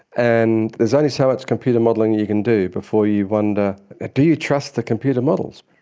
and there's only so much computer modelling you can do before you wonder do you trust the computer models?